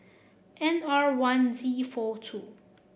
N R one D four two